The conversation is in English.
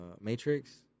Matrix